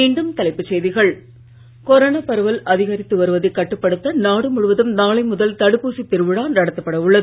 மீண்டும் தலைப்புச் செய்திகள் கொரோனா பரவல் அதிகரித்து வருவதைக் கட்டுப்படுத்த நாடு முழுவதும் நாளை முதல் தடுப்பூசி திருவிழா நடத்தப்பட உள்ளது